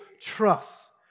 trust